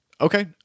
Okay